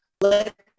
let